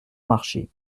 marché